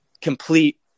complete